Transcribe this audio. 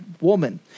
woman